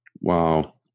Wow